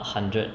a hundred